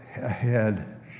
ahead